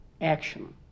action